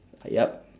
yup